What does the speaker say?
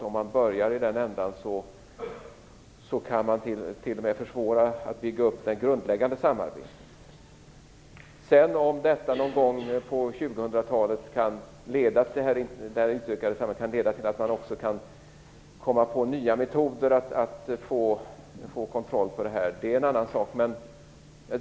Om man börjar i den ändan kan man t.o.m. försvåra att bygga upp det grundläggande samarbetet. talet kan leda till att man också kan komma på nya metoder att få kontroll på detta är en annan sak.